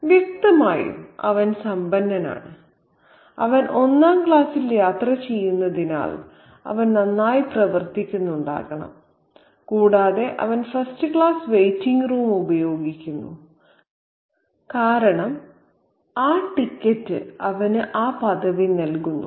വ്യക്തമായും അവൻ സമ്പന്നനാണ് അവൻ ഒന്നാം ക്ലാസ്സിൽ യാത്ര ചെയ്യുന്നതിനാൽ അവൻ നന്നായി പ്രവർത്തിക്കുന്നുണ്ടാകണം കൂടാതെ അവൻ ഫസ്റ്റ് ക്ലാസ് വെയിറ്റിംഗ് റൂം ഉപയോഗിക്കുന്നു കാരണം ആ ടിക്കറ്റ് അവന് ആ പദവി നൽകുന്നു